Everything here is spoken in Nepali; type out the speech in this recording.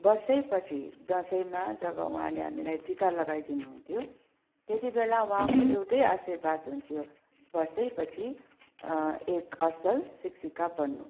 वर्षैपछि दसैँमा जब उहाँले हामीलाई उहाँले टिका लगाइदिनु हुन्थ्यो त्यति बेला उहाँको एउटै आशीर्वाद हुन्थ्यो वर्षैपछि एक असल शिक्षिका बन्नु